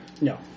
no